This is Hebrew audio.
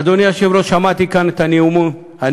אדוני היושב-ראש, שמעתי כאן את הנאום האופטימי